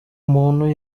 muntu